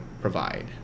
provide